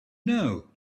know